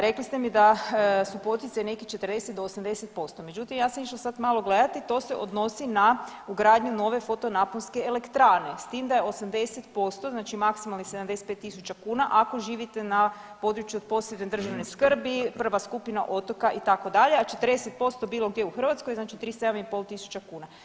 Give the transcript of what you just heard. Rekli ste mi da su poticaji nekih 40 do 80%, međutim ja sam išla sad malo gledati to se odnosi na ugradnju nove fotonaponske elektrane, s tim da je 80% znači 75.000 kuna ako živite na području od posebne državne skrbi, prva skupina otoka itd., a 40% bilo gdje u Hrvatskoj, znači 37.500 kuna.